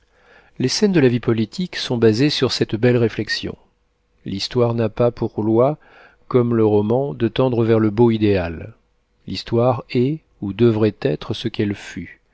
les scènes de la vie politique sont basées sur cette belle réflexion l'histoire n'a pas pour loi comme le roman de tendre vers le beau idéal l'histoire est ou devrait être ce qu'elle fut